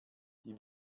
die